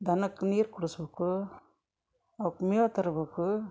ದನಕ್ಕೆ ನೀರು ಕುಡಿಸಬೇಕು ಅವ್ಕ ಮೇವ ತರಬೇಕು